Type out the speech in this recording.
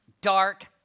dark